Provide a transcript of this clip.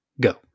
go